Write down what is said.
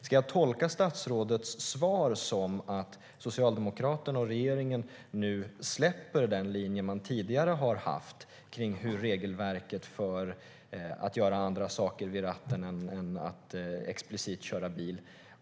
Ska jag tolka statsrådets svar som att Socialdemokraterna och regeringen nu släpper den linje man tidigare har haft i fråga om regelverket för att göra andra saker vid ratten än explicit att köra bil?